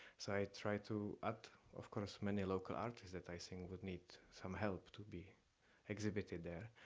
so i try to add of course many local artists that i think would need some help to be exhibited there.